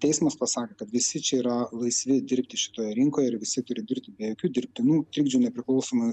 teismas pasakė kad visi čia yra laisvi dirbti šitoje rinkoje ir visi turi dirbti be jokių dirbtinų trikdžių nepriklausomai